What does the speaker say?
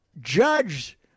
Judge